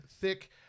thick